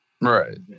Right